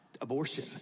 Abortion